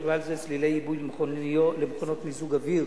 ובכלל זה סלילי עיבוי למכונות מיזוג אוויר